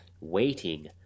waiting